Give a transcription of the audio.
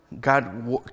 God